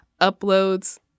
uploads